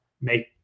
Make